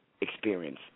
experience